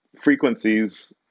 frequencies